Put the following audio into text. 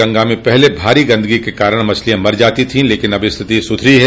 गंगा में पहले भारी गन्दगी के कारण मछलियां मर जाती थी लेकिन अब स्थिति सुधरी है